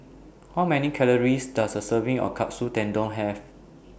How Many Calories Does A Serving of Katsu Tendon Have